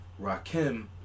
Rakim